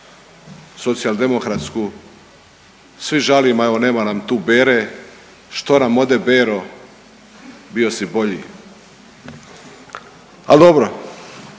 Socijaldemokratsku, svi žalimo, evo nema nam tu Bere, što nam ode Bero, bio si bolji, al dobro.